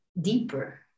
deeper